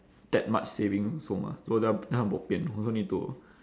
that much saving also mah so the then I bo pian also need to